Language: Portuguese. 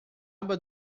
aba